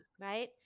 Right